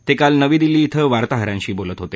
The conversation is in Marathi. ते काल नवी दिल्ली क्वें वार्ताहरांशी बोलत होते